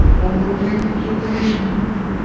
on the wings of the wind,